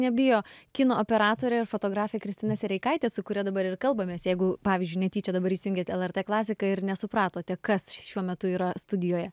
nebijo kino operatorė ir fotografė kristina sereikaitė su kuria dabar ir kalbamės jeigu pavyzdžiui netyčia dabar įsijungėte lrt klasiką ir nesupratote kas šiuo metu yra studijoje